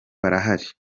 barahari